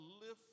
lift